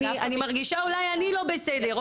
אני מרגישה שאולי אני לא בסדר,